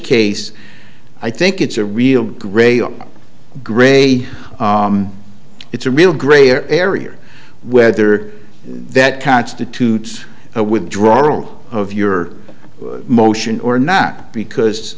case i think it's a real gray or gray it's a real gray area whether that constitutes a withdrawal of your motion or not because